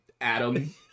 adam